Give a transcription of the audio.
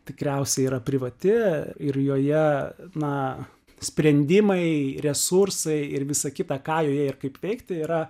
tikriausiai yra privati ir joje na sprendimai resursai ir visa kita ką joje ir kaip veikti yra